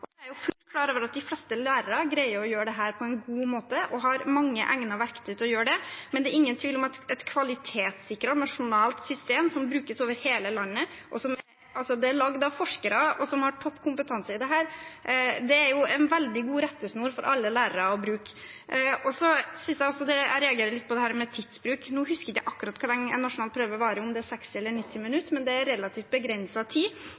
Jeg er fullt klar over at de fleste lærere greier å gjøre dette på en god måte og har mange egnede verktøy til å gjøre det, men det er ingen tvil om at et kvalitetssikret, nasjonalt system som brukes over hele landet, og som er laget av forskere som har høy kompetanse i dette, er en veldig god rettesnor for alle lærere å bruke. Jeg reagerer også på dette med tidsbruk. Nå husker ikke jeg akkurat hvor lenge en nasjonal prøve varer, om det er 60 eller 90 minutter, men det er relativt begrenset tid.